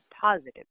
positive